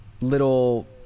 little